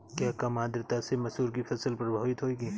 क्या कम आर्द्रता से मसूर की फसल प्रभावित होगी?